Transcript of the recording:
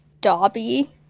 Dobby